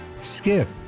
Skip